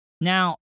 Now